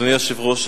אדוני היושב-ראש,